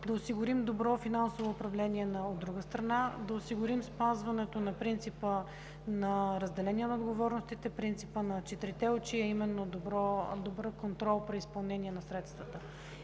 да осигурим добро финансово управление, от друга страна, да осигурим спазването на принципа на разделение на отговорностите, принципа за „четирите очи“, а именно добър контрол при изпълнение на средствата.